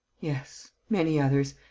yes, many others.